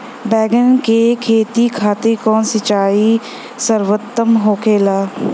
बैगन के खेती खातिर कवन सिचाई सर्वोतम होखेला?